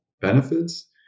benefits